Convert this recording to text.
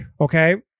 okay